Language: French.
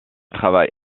travaille